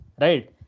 right